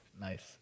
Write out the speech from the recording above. nice